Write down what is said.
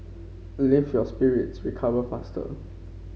lift your spirits recover faster